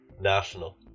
national